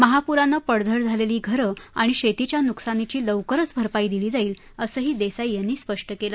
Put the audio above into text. महापुरानं पडझड झालेली घरं आणि शेतीच्या नुकसानीची लवकरच भरपाई दिली जाईल असंही देसाई यांनी स्पष्ट केलं